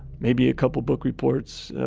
maybe a couple book reports, ah,